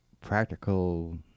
practical